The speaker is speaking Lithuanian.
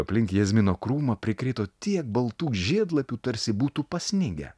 aplink jazmino krūmą prikrito tiek baltų žiedlapių tarsi būtų pasnigę